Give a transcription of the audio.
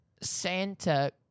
Santa